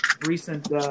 recent